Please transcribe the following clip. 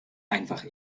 einfach